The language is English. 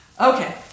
Okay